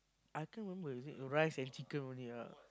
I can't remember is it rice and chicken only ah